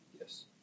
Yes